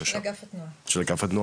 של אגף התנועה.